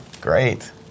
Great